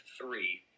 three –